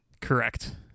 Correct